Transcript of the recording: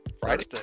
Friday